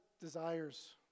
desires